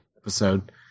Episode